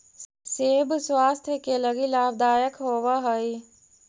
सेब स्वास्थ्य के लगी लाभदायक होवऽ हई